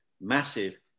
massive